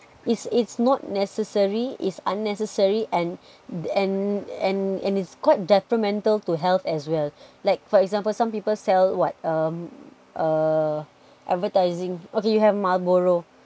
it's it's not necessary it's unnecessary and the and and and it's quite detrimental to health as well like for example some people sell what um uh advertising okay you have marlboro